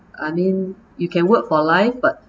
I mean you can work for life but